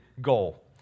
goal